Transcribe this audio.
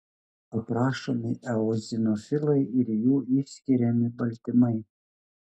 aprašomi eozinofilai ir jų išskiriami baltymai